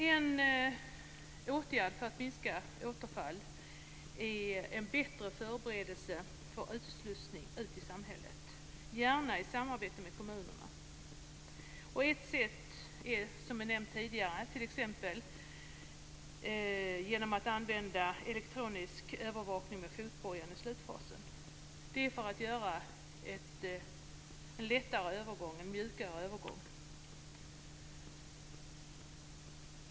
En åtgärd för att motverka återfall är att man har en bättre förberedelse för utslussning till samhället, gärna i samarbete med kommunerna. Ett sätt, som är nämnt tidigare, är att man använder elektronisk övervakning med fotboja i slutfasen för att det skall bli en mjukare övergång.